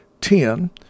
Ten